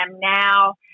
now